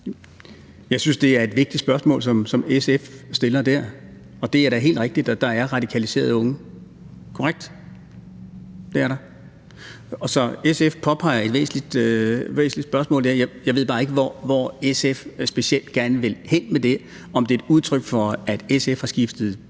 Jeg synes, det er et vigtigt spørgsmål, som SF stiller dér. Og det er da helt rigtigt, at der er radikaliserede unge. Det er korrekt – det er der. Så SF påpeger noget væsentligt i spørgsmålet. Jeg ved bare ikke, hvor SF specielt vil hen med det – om det er et udtryk for, at SF politisk har skiftet